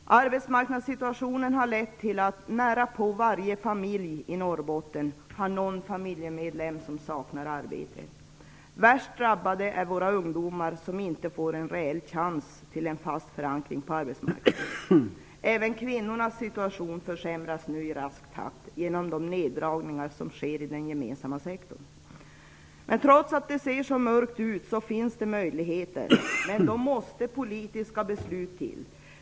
Arbetsmarknadssituationen har lett till att nära på varje familj i Norrbotten har någon familjemedlem som saknar arbete. Värst drabbade är våra ungdomar, som inte får en reell chans till en fast förankring på arbetsmarknaden. Även kvinnornas situation försämras nu raskt genom de neddragningar som sker i den gemensamma sektorn. Trots att det ser mörkt ut finns det möjligheter, men då måste politiska beslut till.